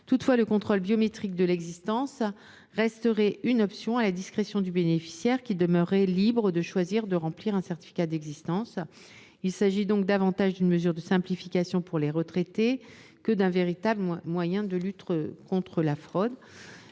Toutefois, le contrôle biométrique de l’existence restera une option à la discrétion du bénéficiaire, qui demeurera libre de choisir de remplir un certificat de vie. Il s’agit donc davantage d’une mesure de simplification que d’un moyen de lutte contre la fraude.